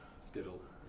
Skittles